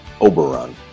Oberon